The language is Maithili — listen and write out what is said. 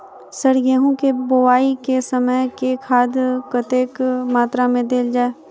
सर गेंहूँ केँ बोवाई केँ समय केँ खाद कतेक मात्रा मे देल जाएँ?